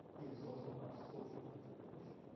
it is also about social entrepreneurship.